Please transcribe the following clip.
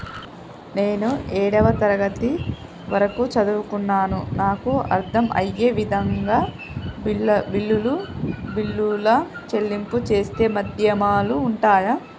నేను ఏడవ తరగతి వరకు చదువుకున్నాను నాకు అర్దం అయ్యే విధంగా బిల్లుల చెల్లింపు చేసే మాధ్యమాలు ఉంటయా?